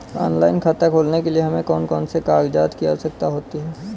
Online खाता खोलने के लिए हमें कौन कौन से कागजात की आवश्यकता होती है?